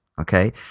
Okay